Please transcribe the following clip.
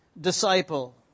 disciple